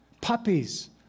Puppies